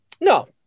no